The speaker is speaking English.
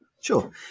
Sure